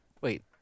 Wait